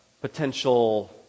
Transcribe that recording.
potential